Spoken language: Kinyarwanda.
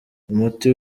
umuti